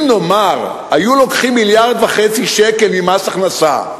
אם, נאמר, היו לוקחים מיליארד וחצי שקל ממס הכנסה,